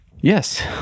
Yes